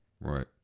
Right